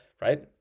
right